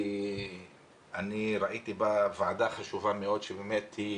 אני ראיתי בוועדה חשיבות גדולה כי היא